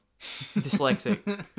dyslexic